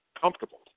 comfortable